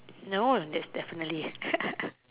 no one that's definitely